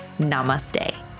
namaste